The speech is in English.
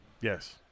Yes